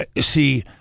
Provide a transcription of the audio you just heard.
See